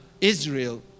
Israel